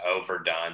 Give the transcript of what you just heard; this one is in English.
overdone